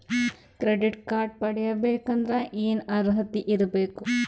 Credit card ಪಡಿಬೇಕಂದರ ಏನ ಅರ್ಹತಿ ಇರಬೇಕು?